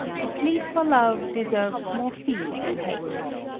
to plead for love deserves more fee than hate.